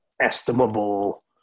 estimable